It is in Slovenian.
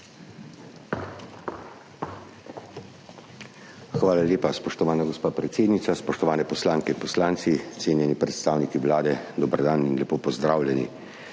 Hvala lepa, spoštovana gospa predsednica. Spoštovane poslanke in poslanci, cenjeni predstavniki Vlade, dober dan in lepo pozdravljeni!